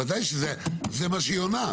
בוודאי שזה מה שהיא עונה.